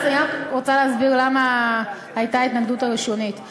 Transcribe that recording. אני רוצה להסביר למה הייתה ההתנגדות הראשונית.